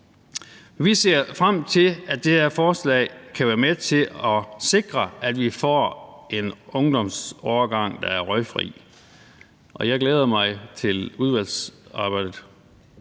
Vi ser frem til, at det her forslag kan være med til at sikre, at vi får en ungdomsårgang, der er røgfri, og jeg glæder mig til udvalgsarbejdet.